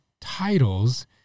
titles